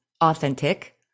authentic